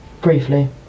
briefly